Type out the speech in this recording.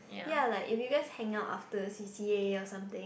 ya like if you guys hang out after C_C_A or something